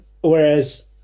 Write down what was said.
whereas